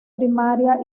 primaria